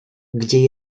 gdzie